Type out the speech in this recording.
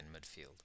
midfield